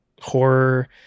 horror-